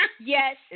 Yes